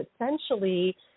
essentially